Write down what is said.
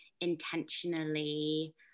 intentionally